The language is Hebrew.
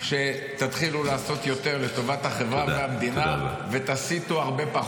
תמשיך להתנשא, לא תגיע לשום